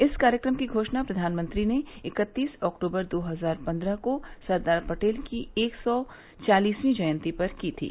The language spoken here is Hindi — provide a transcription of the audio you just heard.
इस कार्यक्रम की घोषणा प्रधानमंत्री ने इकत्तीस अक्टूबर दो हजार पन्द्रह को सरदार पटेल की एक सौ चालीसवीं जयंती पर की थी